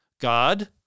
God